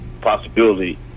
possibility